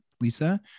Lisa